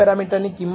5 જે 14 અને 16